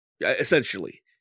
Essentially